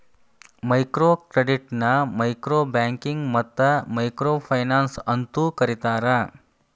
micro ಕ್ರೆಡಿಟ್ನ micro banking ಮತ್ತ micro finance ಅಂತೂ ಕರಿತಾರ